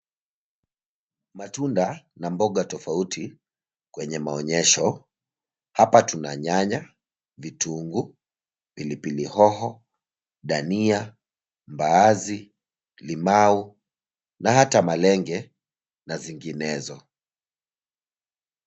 Matunda na mboga tofauti kwenye maonyesho, hapa tuna nyanya, vitunguu, pilipili hoho, dania, mbaazi, limau na hata malenge na zinginezo.